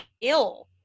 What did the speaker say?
ill